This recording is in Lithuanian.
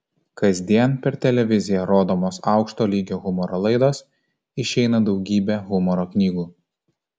kasdien per televiziją rodomos aukšto lygio humoro laidos išeina daugybė humoro knygų